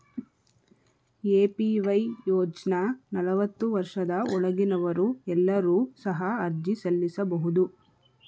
APY ಯೋಜ್ನ ನಲವತ್ತು ವರ್ಷದ ಒಳಗಿನವರು ಎಲ್ಲರೂ ಸಹ ಅರ್ಜಿ ಸಲ್ಲಿಸಬಹುದು